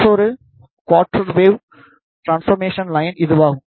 மற்றொரு quarter wave transformation line இதுவாகும்